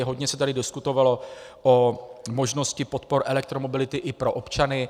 Hodně se tady diskutovalo o možnosti podpor elektromobility i pro občany.